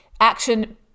action